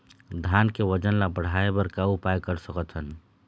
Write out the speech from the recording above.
धान के वजन ला बढ़ाएं बर का उपाय कर सकथन?